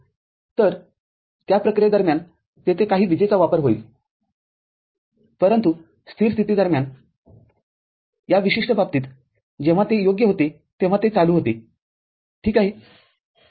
तर त्या प्रक्रियेदरम्यान तेथे काही विजेचा वापर होईलपरंतु स्थिर स्थिती दरम्यान या विशिष्ट बाबतीत जेव्हा ते योग्य होते जेव्हा ते चालू होते ठीक आहे